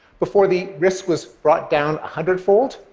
before the risk was brought down a hundredfold.